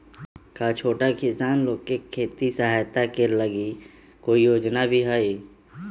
का छोटा किसान लोग के खेती सहायता के लगी कोई योजना भी हई?